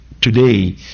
today